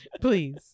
please